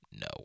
no